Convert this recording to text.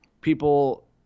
people